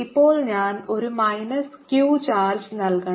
അപ്പോൾ ഞാൻ ഒരു മൈനസ് q ചാർജ് നൽകണം